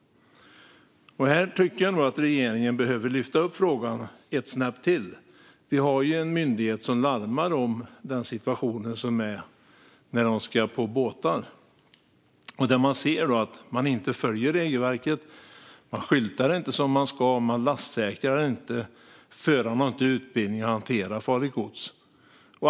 Jag tycker nog att regeringen behöver lyfta upp frågan ett snäpp till. Vi har en myndighet som larmar om situationer där fordon ska köra på båtar men regelverket inte följs. Man skyltar inte som man ska, man lastsäkrar inte och förarna har inte utbildning att hantera farligt gods.